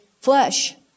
flesh